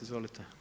Izvolite.